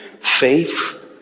Faith